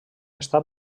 està